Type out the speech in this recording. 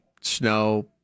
Snow